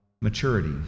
maturity